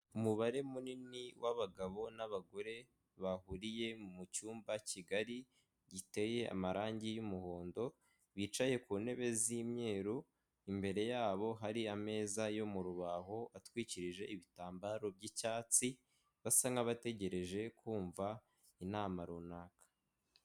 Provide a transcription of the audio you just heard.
Umubare munini w'abagabo n'abagore bahuriye mu cyumba kigari giteye amarangi y'umuhondo bicaye ku ntebe z'imyeru imbere yabo hariya ameza yo mu rubaho atwikirije ibitambaro by'icyatsi basa nk'abategereje kumva inama runaka.